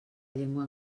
llengua